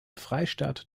freistaat